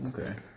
Okay